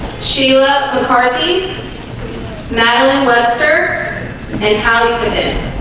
she loved mccarthy madeline webster and halligan